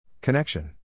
Connection